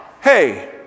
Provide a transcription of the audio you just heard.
hey